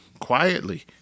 Quietly